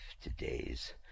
today's